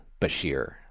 Bashir